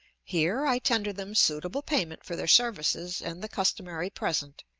here i tender them suitable payment for their services and the customary present,